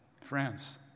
Friends